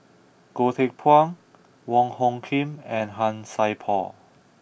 Goh Teck Phuan Wong Hung Khim and Han Sai Por